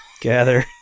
gather